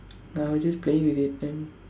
no I was just playing with it then